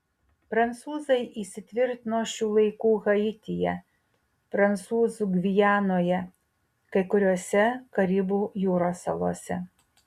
prancūzai įsitvirtino šių laikų haityje prancūzų gvianoje kai kuriose karibų jūros salose